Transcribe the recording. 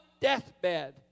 deathbed